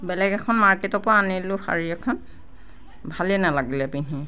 বেলেগ এখন মাৰ্কেটৰ পৰা আনিলোঁ শাৰী এখন ভালেই নালাগিল পিন্ধি